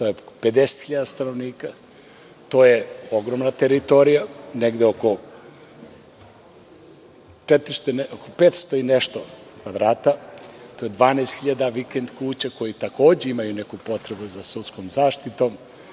to je 50.000 stanovnika. To je ogromna teritorija, negde oko 500 i nešto kvadrata. To je 12.000 vikend kuća koje takođe imaju neku potrebu za sudskom zaštitom,